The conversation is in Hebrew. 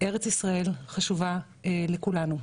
ארץ ישראל חשובה לכולנו.